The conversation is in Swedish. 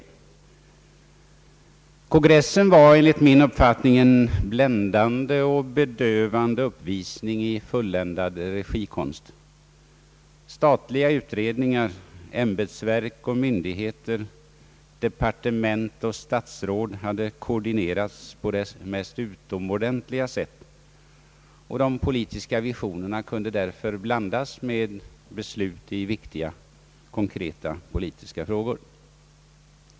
Kongressen var enligt min uppfattning en bländande och bedövande uppvisning i fulländad regikonst. Statliga utredningar, ämbetsverk, departement och statsråd hade koordinerats på det mest utomordentliga sätt, och de politiska visionerna kunde därför blandas med beslut i viktiga konkreta politiska frågor.